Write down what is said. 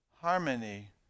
harmony